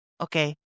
Okay